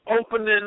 opening